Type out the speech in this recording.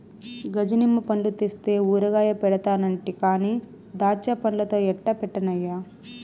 గజ నిమ్మ పండ్లు తెస్తే ఊరగాయ పెడతానంటి కానీ దాచ్చాపండ్లతో ఎట్టా పెట్టన్నయ్యా